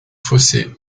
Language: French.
fossé